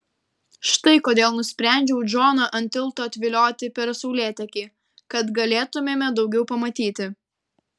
štai kodėl nusprendžiau džoną ant tilto atvilioti per saulėtekį kad galėtumėme daugiau pamatyti